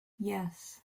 yes